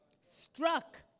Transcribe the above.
struck